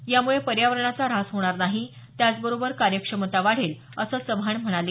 यामुळे पर्यावरणाचा ऱ्हास होणार नाही त्याबरोबरच कार्यक्षमता वाढेल असं चव्हाण म्हणाले